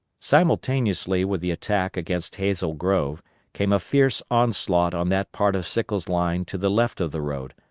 simultaneously with the attack against hazel grove came a fierce onslaught on that part of sickles' line to the left of the road,